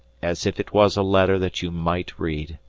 as if it was a letter that you might read,